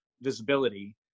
visibility